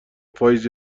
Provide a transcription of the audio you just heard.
پاییز